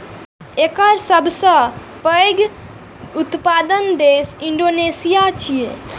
एकर सबसं पैघ उत्पादक देश इंडोनेशिया छियै